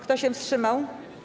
Kto się wstrzymał?